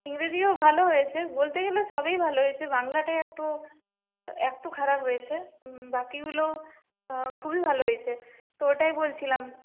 ইংরেজিও ভালো হয়েছে বলতে গেলে সবই ভালো হয়েছে বাংলাটা একটু একটু খারাপ হয়েছে বাকিগুলো খুবই ভালো হয়েছে তো ওটাই বলছিলাম